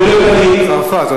בצרפת.